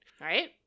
Right